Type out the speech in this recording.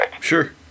Sure